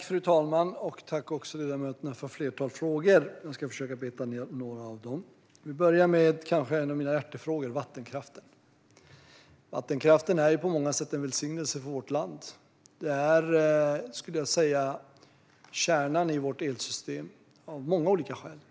Fru talman! Tack, ledamöter, för era frågor! Jag ska försöka beta av några av dem och börjar med en av mina hjärtefrågor: vattenkraften. Vattenkraften är på många sätt en välsignelse för vårt land. Den är, skulle jag säga, kärnan i vårt elsystem av många olika skäl.